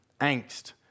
angst